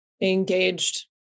engaged